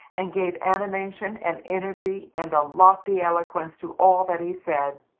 and gave animation, and energy, and a lofty eloquence to all that he said.